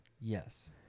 Yes